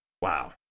wow